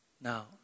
Now